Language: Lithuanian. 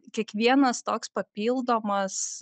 kiekvienas toks papildomas